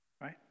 Right